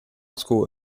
school